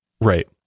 right